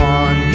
on